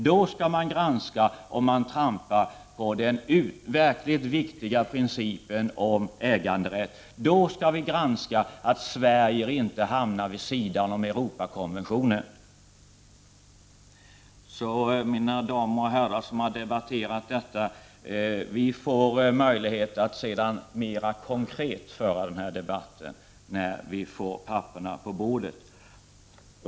Man skall granska om man trampar på den verkligt viktiga principen om äganderätt. Vi skall också granska så att inte Sverige hamnar vid sidan av Europakonventionen. Ärade meddebattörer! När propositionen kommer får vi möjlighet att mera konkret föra den här diskussionen.